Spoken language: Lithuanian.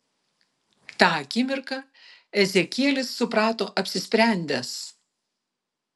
tą akimirką ezekielis suprato apsisprendęs